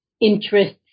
interests